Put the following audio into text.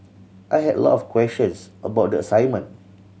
I had a lot of questions about the assignment